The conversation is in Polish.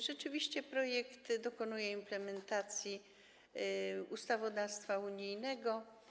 Rzeczywiście projekt dokonuje implementacji ustawodawstwa unijnego.